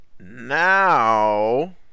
now